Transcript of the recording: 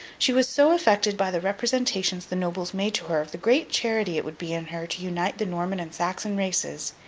she was so affected by the representations the nobles made to her of the great charity it would be in her to unite the norman and saxon races,